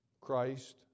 Christ